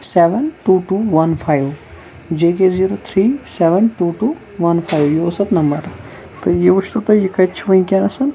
seven two two one five J K zero three seven two two one five یہِ اوس اَتھ number تہٕ یہِ وُچھۍ تو تُہۍ یہِ کَتہِ چھِ وُنٛکیٚس